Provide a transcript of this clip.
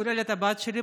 כולל את הבת שלי,